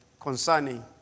concerning